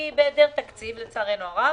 בהיעדר התקציב לצערנו הרב,